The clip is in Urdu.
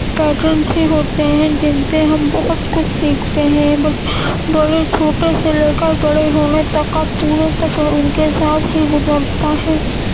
پیرنٹس ہی ہوتے ہیں جن سے ہم بہت کچھ سیکھتے ہیں بڑے چھوٹے سے لے کر بڑے ہونے تک کا پورے سفر ان کے ساتھ ہی گزرتا ہے اور